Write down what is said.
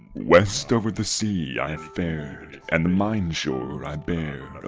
west, over the sea, i fared and mine shore, i bare a